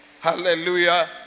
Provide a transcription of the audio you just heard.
Hallelujah